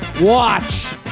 watch